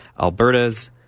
Alberta's